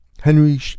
Henry